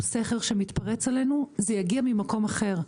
סכר שמתפרץ עלינו זה יגיע ממקום אחר,